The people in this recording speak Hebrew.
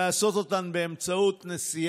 מה הבעיה לעשות קונצרטים בצפון תל אביב?